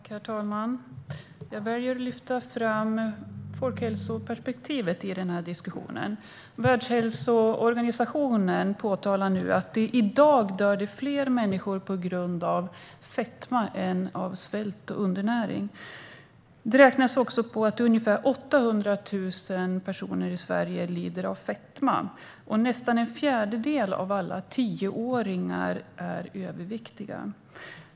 Herr talman! Jag väljer att lyfta fram folkhälsoperspektivet i denna diskussion. Världshälsoorganisationen har påpekat att det i dag dör fler människor på grund av fetma än av svält och undernäring. I Sverige beräknas ungefär 800 000 personer lida av fetma. Nästan en fjärdedel av alla tioåringar är överviktiga.